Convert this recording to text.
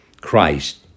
Christ